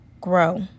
grow